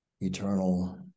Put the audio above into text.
eternal